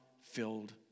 filled